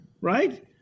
right